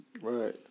Right